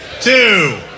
two